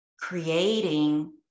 creating